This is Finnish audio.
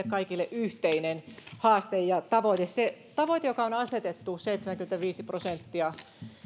kaikille yhteinen haaste ja tavoite se tavoite joka on asetettu seitsemänkymmentäviisi prosenttia